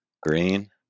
green